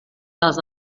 dels